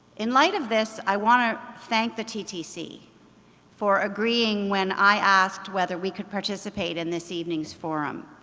in light of this, i want to thank the ttc for agreeing when i asked whether we could participate in this evening's forum.